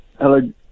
hello